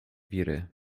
wiry